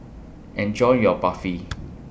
Enjoy your Barfi